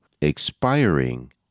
expiring